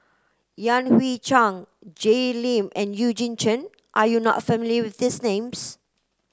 Yan Hui Chang Jay Lim and Eugene Chen are you not familiar with these names